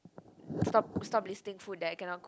stop stop listing food that I cannot cook